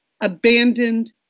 abandoned